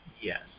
Yes